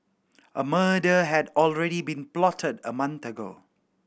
a murder had already been plotted a month ago